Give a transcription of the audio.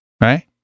Right